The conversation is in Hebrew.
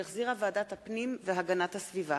שהחזירה ועדת הפנים והגנת הסביבה.